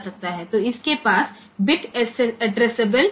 तो इसके पास बिट एड्रेससाबले सुविधा है